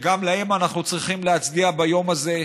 שגם להם אנחנו צריכים להצדיע ביום הזה,